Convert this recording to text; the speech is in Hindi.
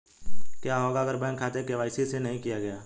क्या होगा अगर बैंक खाते में के.वाई.सी नहीं किया गया है?